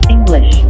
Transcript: English